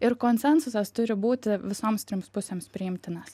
ir konsensusas turi būti visoms trims pusėms priimtinas